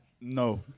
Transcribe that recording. No